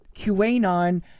QAnon